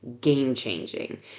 game-changing